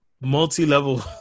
Multi-level